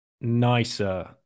nicer